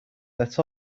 that